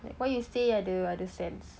what you say ada ada sense